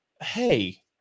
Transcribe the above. Hey